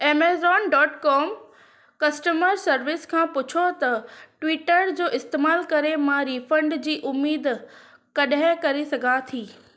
Amazon dot com कस्टमरु service खां पुछो त ट्विटर जो इस्तेमालु करे मां रिफंड जी उमेदु कॾहिं करे सघां थी